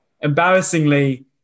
Embarrassingly